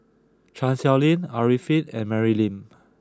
Chan Sow Lin Arifin and Mary Lim